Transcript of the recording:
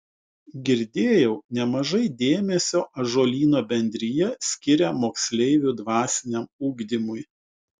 girdėjau nemažai dėmesio ąžuolyno bendrija skiria moksleivių dvasiniam ugdymui